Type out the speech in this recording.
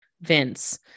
vince